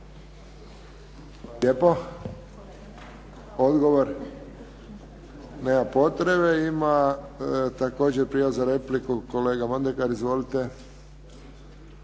lijepo. Odgovor. Nema potrebe. Ima također prijava za repliku kolega Mondekar. Izvolite.